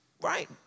right